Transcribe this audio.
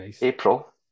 April